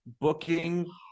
booking